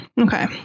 Okay